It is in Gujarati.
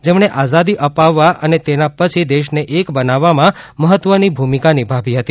જેમણે આઝાદી અપાવવા અને તેના પછી દેશને એક બનાવવામાં મહત્વની ભૂમિકા નિભાવી હતી